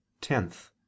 Tenth